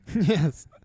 Yes